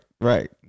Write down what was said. right